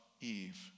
Eve